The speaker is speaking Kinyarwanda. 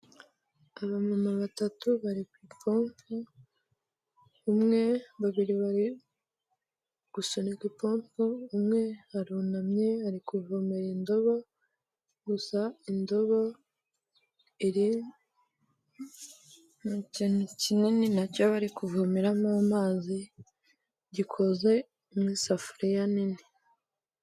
Abamama batatu bari ku ipompo, umwe, babiri bari gusunika ipompo, umwe arunamye ari kuvomera indobo, gusa indobo iri mu kintu kinini na cyo bari kuvomeramo amazi gikoze mu isafuriya nini.